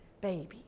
baby